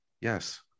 Yes